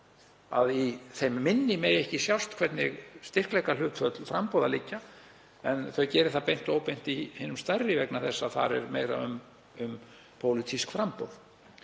að í þeim minni megi ekki sjást hvernig styrkleikahlutföll framboða liggja, en þau geri það beint og óbeint í hinum stærri vegna þess að þar er meira um pólitísk framboð.